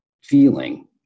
feeling